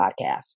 podcast